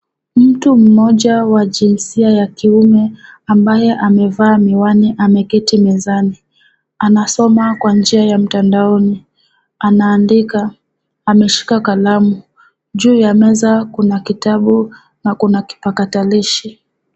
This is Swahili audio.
Mtu mmoja wa jinsia ya kiume, ambaye amevaa miwani ameketi mezani. Anasoma kwa njia ya mtandaoni. Anaandika. Ameshika kalamu. Juu ya meza kuna kitabu na kuna kipakatalishi.